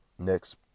next